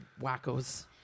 wackos